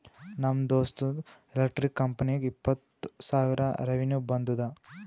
ನಮ್ ದೋಸ್ತ್ದು ಎಲೆಕ್ಟ್ರಿಕ್ ಕಂಪನಿಗ ಇಪ್ಪತ್ತ್ ಸಾವಿರ ರೆವೆನ್ಯೂ ಬಂದುದ